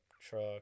truck